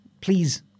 Please